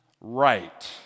right